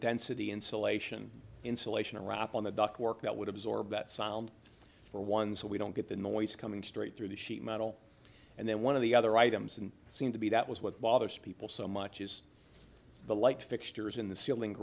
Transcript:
density insulation insulation a wrap on the ductwork that would absorb that sound for one so we don't get the noise coming straight through the sheet metal and then one of the other items and seemed to be that was what bothers people so much is the light fixtures in the ceiling